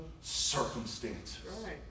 circumstances